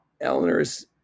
Eleanor's